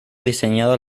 diseñado